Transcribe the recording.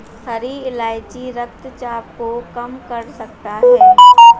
हरी इलायची रक्तचाप को कम कर सकता है